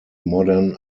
modern